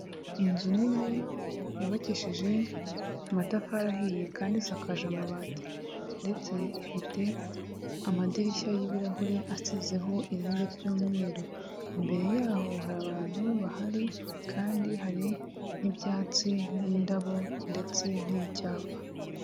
Inzu nini yubakishije amatafari ahiye kandi isakaje amabati ndetse ifite amadirishya y'ibirahure asizeho irangi ry'umweru, imbere yaho hari abantu bahari kandi hari n'ibyatsi n'indabo ndetse n'icyapa.